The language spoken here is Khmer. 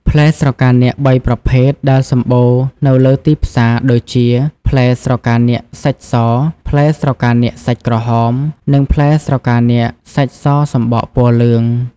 ផ្លែស្រកានាគ៣ប្រភេទដែលសម្បូរនៅលេីទីផ្សារ ដូចជា ផ្លែស្រកានាគសាច់ស ផ្លែស្រកានាគសាច់ក្រហម និងផ្លែស្រកានាគសាច់សសំបកពណ៌លឿង ។